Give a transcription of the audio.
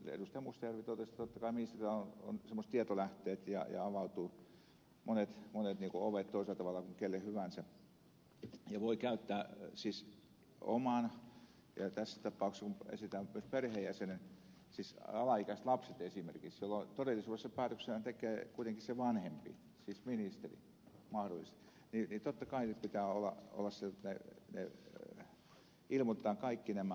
mustajärvi totesi että totta kai ministerillä on sellaiset tietolähteet ja monet ovet avautuvat toisella tavalla kuin kelle hyvänsä ja voi käyttää omaa ja tässä tapauksessa myös perheenjäsenen omistusta siis alaikäisten lasten esimerkiksi jolloin todellisuudessa päätöksenhän tekee kuitenkin se vanhempi siis mahdollisesti ministeri joten totta kai pitää ilmoittaa kaikki omistussuhteet mitä osakkeita omistetaan